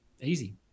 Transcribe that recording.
Easy